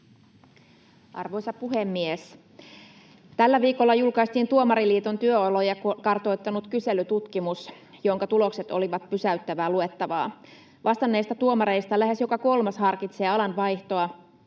Arvoisa puhemies! Tällä viikolla julkaistiin Tuomariliiton työoloja kartoittanut kyselytutkimus, jonka tulokset olivat pysäyttävää luettavaa. Vastanneista tuomareista lähes joka kolmas harkitsee alan vaihtoa